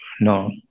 no